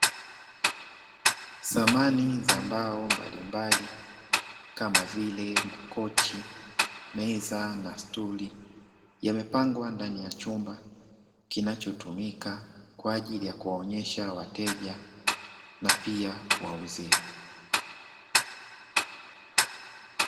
Samani za mbao mbalimbali kama vile: makochi, meza na stuli; yamepangwa ndani ya chumba kinachotumika kwaajili ya kuwaonyesha wateja na pia kuwauazia.